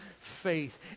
faith